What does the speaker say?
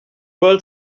world